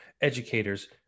educators